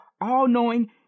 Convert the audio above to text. all-knowing